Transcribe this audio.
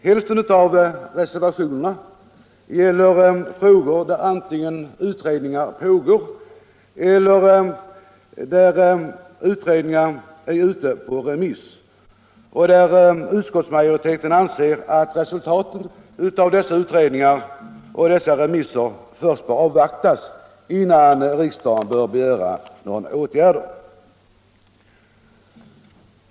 Hälften av reservationerna gäller frågor där antingen utredningar pågår eller utredningsbetänkanden är ute på remiss och där utskottsmajoriteten anser att resultaten av dessa utredningar och remisser först bör avvaktas, innan riksdagen begär vidtagande av några åtgärder.